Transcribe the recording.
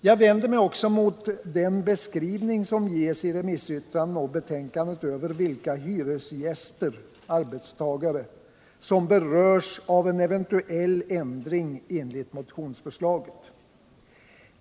Jag vänder mig också mot den beskrivning som ges i remissyttranden och betänkandet över vilka hyresgäster/arbetstagare som berörs av en eventuell ändring enligt motionsförslaget.